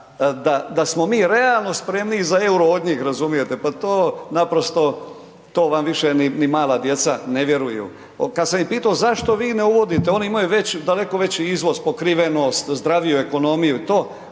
da smo mi realno spremniji za EUR-o od njih razumijete, pa to naprosto, to vam više ni mala djeca ne vjeruju. Kad sam ih pitao zašto vi ne uvodite oni imaju daleko veći izvoz pokrivenost, zdraviju ekonomiju i to?